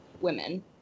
women